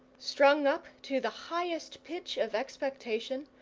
strung up to the highest pitch of expectation,